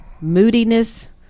moodiness